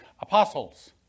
apostles